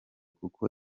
kuko